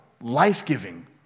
life-giving